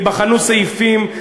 ייבחנו סעיפים,